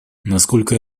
насколько